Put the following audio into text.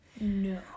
No